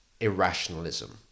irrationalism